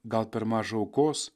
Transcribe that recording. gal per maža aukos